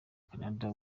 canada